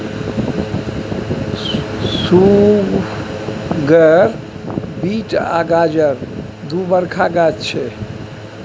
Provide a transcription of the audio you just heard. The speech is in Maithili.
सुगर बीट आ गाजर दु बरखा गाछ छै